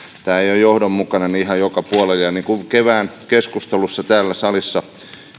tämä ei ole johdonmukainen ihan joka puolelta kun kevään keskustelussa täällä salissa